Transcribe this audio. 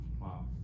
Wow